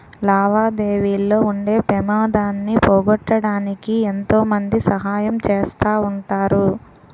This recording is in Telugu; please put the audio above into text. లావాదేవీల్లో ఉండే పెమాదాన్ని పోగొట్టడానికి ఎంతో మంది సహాయం చేస్తా ఉంటారు